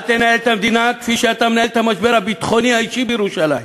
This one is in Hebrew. אל תנהל את המדינה כפי שאתה מנהל את המשבר הביטחוני האישי בירושלים.